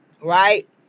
Right